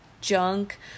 junk